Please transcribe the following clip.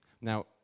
Now